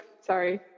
sorry